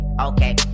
Okay